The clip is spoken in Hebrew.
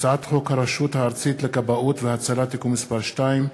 הצעת החוק הרשות הארצית לכבאות והצלה (תיקון מס' 2),